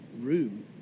room